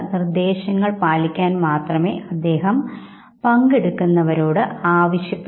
ഒരു സാംസ്കാരികമായ കൂട്ടായ്മയിൽ എപ്പോഴും സന്തോഷം ആയിരിക്കും പ്രകടിപ്പിക്കാൻ എല്ലാവരും ആഗ്രഹിക്കുന്നത്